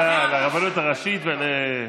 על הרבנות הראשית ועל,